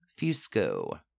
Fusco